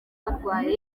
barwaye